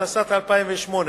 התשס"ט 2008,